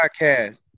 podcast